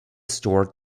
store